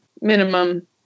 minimum